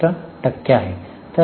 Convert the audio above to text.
67 टक्के आहे